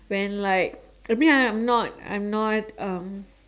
when like I mean I'm not I'm not um